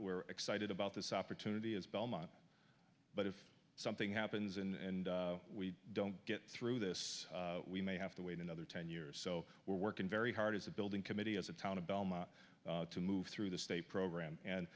we're excited about this opportunity is belmont but if something happens and we don't get through this we may have to wait another ten years so we're working very hard as a building committee as a town of belmont to move through the state program and